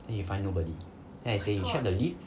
then we find nobody then I say you check the lift